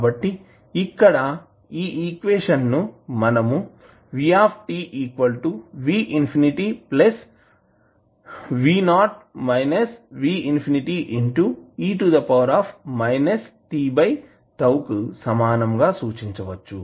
కాబట్టి ఇక్కడ ఈ ఈక్వేషన్ ను మనం కు సమానంగా సూచించవచ్చు